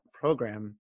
program